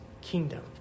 kingdom